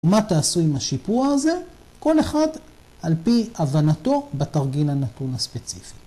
‫ומה תעשו עם השיפוע הזה? ‫כל אחד על פי הבנתו בתרגיל הנתון הספציפי.